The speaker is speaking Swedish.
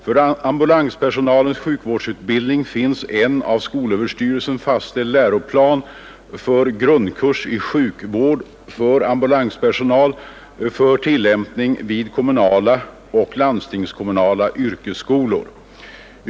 För ambulanspersonalens sjukvårdsutbildning finns en av skolöverstyrelsen fastställd läroplan för grundkurs i sjukvård för ambulanspersonal för tillämpning vid kommunala och landstingskommunala yrkesskolor.